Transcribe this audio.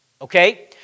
okay